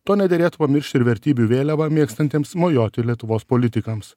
to nederėtų pamiršti ir vertybių vėliava mėgstantiems mojuoti lietuvos politikams